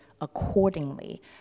accordingly